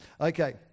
okay